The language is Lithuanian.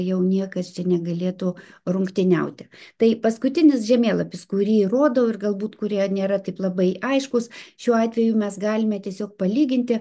jau niekas čia negalėtų rungtyniauti tai paskutinis žemėlapis kurį rodau ir galbūt kurie nėra taip labai aiškūs šiuo atveju mes galime tiesiog palyginti